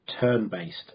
turn-based